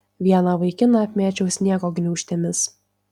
vieną vaikiną apmėčiau sniego gniūžtėmis